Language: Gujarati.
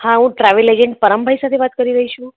હા હું ટ્રાવેલ એજન્ટ પરમભાઈ સાથે વાત કરી રહી છું